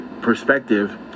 perspective